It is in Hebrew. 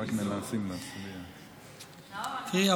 תראי,